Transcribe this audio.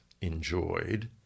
enjoyed